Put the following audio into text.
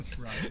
right